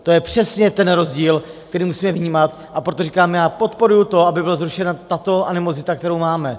To je přesně ten rozdíl, který musíme vnímat, a proto říkám já podporuji to, aby byla zrušena tato animozita, kterou máme.